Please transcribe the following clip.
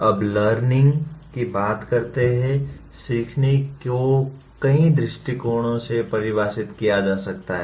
अब लर्निंग की बात करते हैं सीखने को कई दृष्टिकोणों से परिभाषित किया जा सकता है